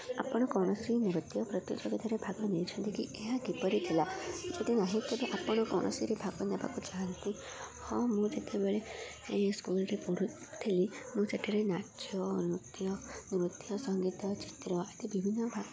ଆପଣ କୌଣସି ନୃତ୍ୟ ପ୍ରତିଯୋଗିତାରେ ଭାଗ ନେଇଛନ୍ତି କି ଏହା କିପରି ଥିଲା ଯଦି ନାହିଁ ତେବେ ଆପଣ କୌଣସିରେ ଭାଗ ନେବାକୁ ଚାହାଁନ୍ତି ହଁ ମୁଁ ଯେତେବେଳେ ସ୍କୁଲରେ ପଢ଼ୁଥିଲି ମୁଁ ସେଠାରେ ନାଚ ନୃତ୍ୟ ନୃତ୍ୟ ସଙ୍ଗୀତ ଚିତ୍ର ଆଦି ବିଭିନ୍ନ